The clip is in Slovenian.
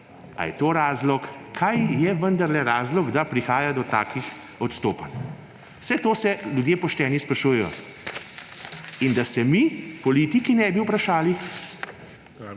Ali je to razlog? Kaj je vendarle razlog, da prihaja do takih odstopanj? Vse to se pošteni ljudje sprašujejo. In da se mi politiki ne bi vprašali?